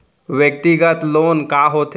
व्यक्तिगत लोन का होथे?